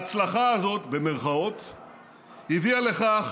ה"הצלחה" הזו הביאה לכך